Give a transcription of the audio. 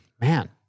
Man